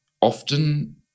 often